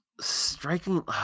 striking